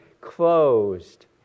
closed